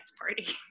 party